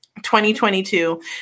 2022